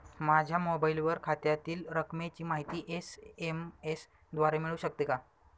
माझ्या मोबाईलवर खात्यातील रकमेची माहिती एस.एम.एस द्वारे मिळू शकते का?